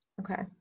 Okay